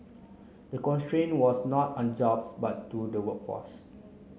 the constraint was not on jobs but due to the workforce